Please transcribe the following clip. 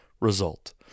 result